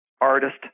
artist